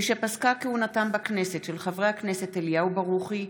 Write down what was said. משפסקה כהונתם בכנסת של חברי הכנסת אליהו ברוכי,